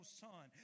son